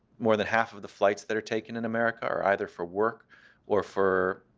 more than half of the flights that are taken in america are either for work or for